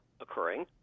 occurring